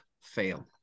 fail